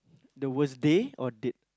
the worst day or date